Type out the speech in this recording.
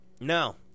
no